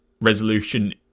resolution